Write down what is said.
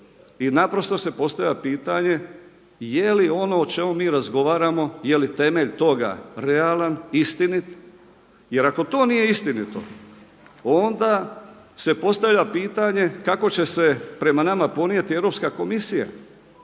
i naprosto se postavlja pitanje je li ono o čemu mi razgovaramo, je li temelj toga realan, istinit, jer ako to nije istinito onda se postavlja pitanje kako će se prema nama ponijeti Europska komisija